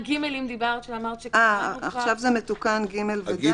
עכשיו זה מתוקן, (ג) ו-(ד).